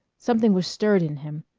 something was stirred in him,